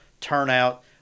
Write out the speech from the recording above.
turnout